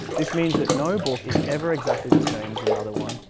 this means that no book is ever exactly the same as another one,